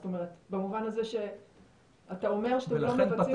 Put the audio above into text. זאת אומרת במובן הזה שאתה אומר שאתם לא מבצעים פעולות